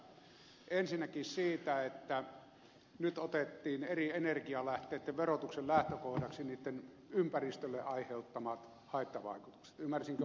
ensinnäkin siitä että nyt otettiin eri energialähteitten verotuksen lähtökohdaksi niitten ympäristölle aiheuttamat haittavaikutukset